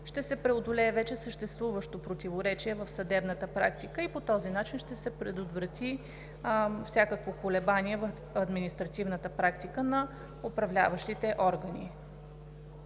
ще се преодолее вече съществуващото противоречие в съдебната практика и по този начин ще се предотврати всякакво колебание в административната практика на управляващите органи.